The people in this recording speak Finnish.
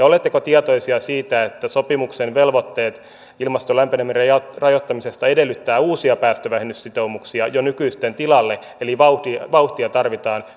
oletteko tietoisia siitä että sopimuksen velvoitteet ilmaston lämpenemisen rajoittamisesta edellyttävät uusia päästövähennyssitoumuksia jo nykyisten tilalle eli vauhtia vauhtia tarvitaan